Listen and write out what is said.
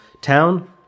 town